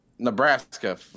Nebraska